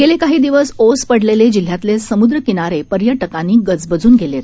गेले काही दिवस ओस पडलेले जिल्ह्यातले समुद्र किनारे पर्यटकांनी गजबजून गेले आहेत